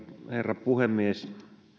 herra puhemies